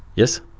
yes.